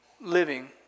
living